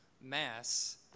mass